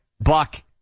Buck